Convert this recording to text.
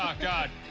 ah god.